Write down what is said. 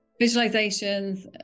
Visualizations